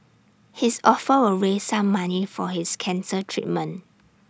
his offer will raise some money for his cancer treatment